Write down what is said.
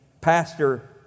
pastor